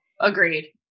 agreed